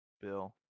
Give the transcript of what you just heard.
Bill